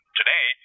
today